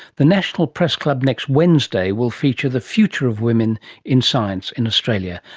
the national press club next wednesday will feature the future of women in science in australia,